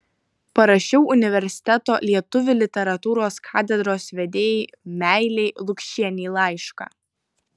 parašiau universiteto lietuvių literatūros katedros vedėjai meilei lukšienei laišką